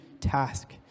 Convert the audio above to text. task